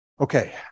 Okay